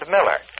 Miller